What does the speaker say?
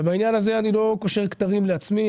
ובעניין הזה אני לא קושר כתרים לעצמי,